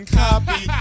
copy